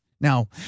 Now